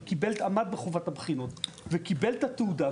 הוא עמד בחובת הבחינות וקיבל את התעודה,